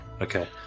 okay